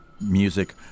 music